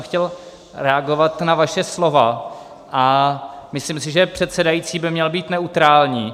Chtěl jsem reagovat na vaše slova a myslím si, že předsedající by měl být neutrální.